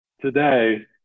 today